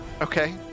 Okay